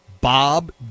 Bob